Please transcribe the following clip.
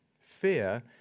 fear